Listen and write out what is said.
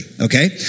Okay